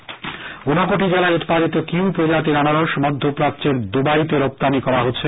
আনার্বস ঊনকোটি জেলায় উৎপাদিত কিউ প্রজাতির আনারস মধ্যপ্রাচ্যের দুবাই তে রপ্তানি করা হচ্ছে